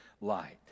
light